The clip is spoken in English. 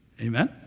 Amen